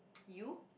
you